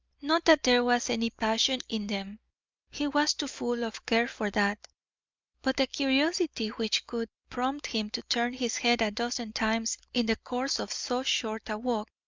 not that there was any passion in them he was too full of care for that but the curiosity which could prompt him to turn his head a dozen times in the course of so short a walk,